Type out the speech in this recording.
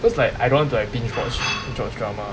because like I don't want to like binge watch those drama